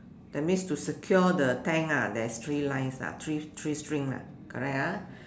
that means to secure the tank ah there is three lines ah three three strings lah correct ah